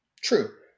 true